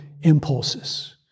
impulses